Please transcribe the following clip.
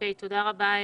תודה רבה,